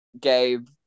Gabe